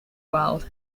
world